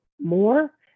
more